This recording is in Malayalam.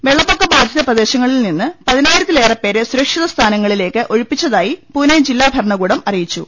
വെള്ളപ്പൊക്ക ബാധിത പ്രദേ ശങ്ങളിൽ നിന്ന് പതിനായിരത്തിലേറെ പേരെ സുരക്ഷിത സ്ഥാനങ്ങളിലേക്ക് ഒഴിപ്പിച്ചതായി പൂനെ ജില്ലാ ഭരണകൂടം അറിയിച്ചു